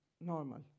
normal